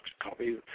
copy